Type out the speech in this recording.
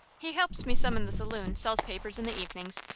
he helps me some in the saloon, sells papers in the evenings,